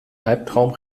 albtraum